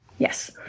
Yes